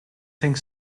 think